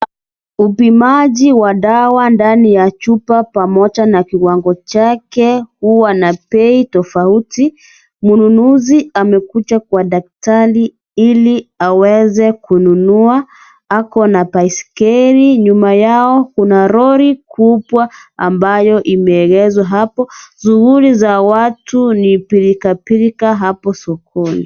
Ubimaji wa ndawa ndani ya chupa pamoja na kiwango chake, huwa na bei tofauti. Mnunuzi amekuja kwa daktari Ili aweze kununua. Ako na baiskeli. Nyuma yao kuna Lori kubwa ambayo imegeezwa hapo. Shughuli za watu ni pilkapilka hapo sokoni.